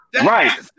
Right